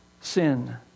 sin